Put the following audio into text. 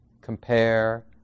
compare